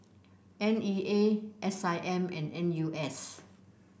N E A S I M and N U S